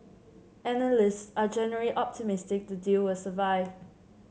analysts are generally optimistic the deal will survive